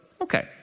Okay